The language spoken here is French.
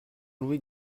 louis